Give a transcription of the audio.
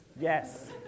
yes